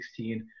2016